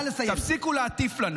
ממש הייתי מסיים מזמן.